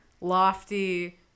lofty